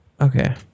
Okay